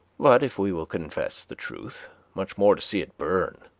but, if we will confess the truth, much more to see it burn,